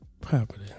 property